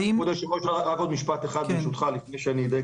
ניתן